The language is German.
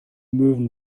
möwen